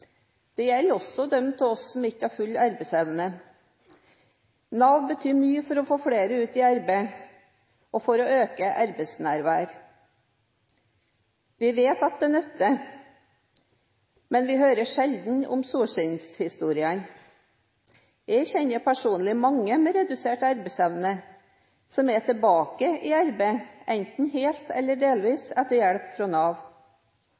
Det gjelder også de av oss som ikke har full arbeidsevne. Nav betyr mye for å få flere ut i arbeid og for å øke arbeidsnærværet. Vi vet at det nytter. Men vi hører sjelden om solskinnshistoriene. Jeg kjenner personlig mange med redusert arbeidsevne som er tilbake i arbeid, enten helt eller delvis, etter hjelp fra Nav.